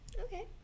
Okay